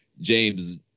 James